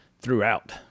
throughout